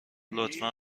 لطفا